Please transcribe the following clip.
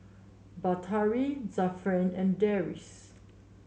Batari Zafran and Deris